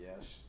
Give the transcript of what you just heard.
Yes